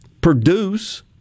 produce